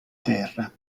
terra